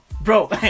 bro